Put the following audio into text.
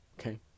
Okay